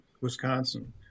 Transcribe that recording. Wisconsin